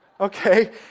Okay